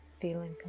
feeling